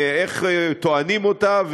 איך טוענים אותה,